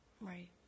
Right